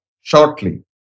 shortly